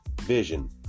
vision